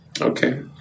Okay